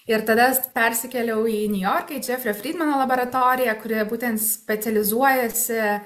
ir tada persikėliau į niujorką į džefrio frydmano laboratoriją kurioje būtent specializuojasi